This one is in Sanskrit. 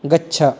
गच्छ